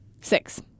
Six